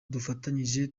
dufatanyije